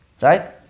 Right